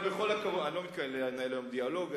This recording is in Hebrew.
אני לא מתכוון לנהל היום דיאלוג.